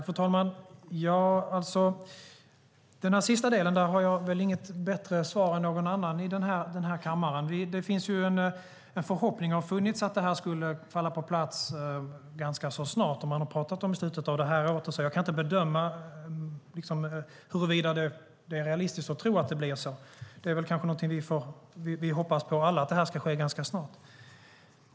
Fru talman! På den sista frågan har jag inte något bättre svar än någon annan i den här kammaren. Det har funnits en förhoppning om att det här skulle falla på plats ganska snart. Man har pratat om slutet av det här året. Jag kan inte bedöma huruvida det är realistiskt att tro att det blir så. Vi hoppas väl alla att det ska ske ganska snart.